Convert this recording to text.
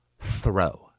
throw